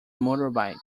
motorbike